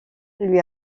lui